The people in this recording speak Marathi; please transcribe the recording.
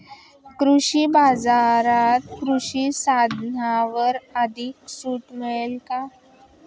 कृषी बाजारात कृषी साधनांवर अधिक सूट मिळेल का?